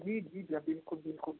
जी जी भैया बिल्कुल बिल्कुल